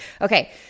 Okay